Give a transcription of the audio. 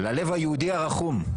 ללב היהודי הרחום.